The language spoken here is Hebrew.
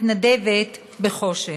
מתנדבת בחוש"ן: